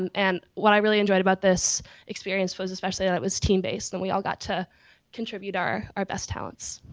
and and what i really enjoyed about this experience was especially that it was team based and we all got to contribute our our best talents.